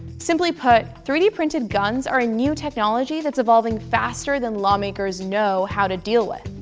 simply put, three d printed guns are a new technology that's evolving faster than lawmakers know how to deal with.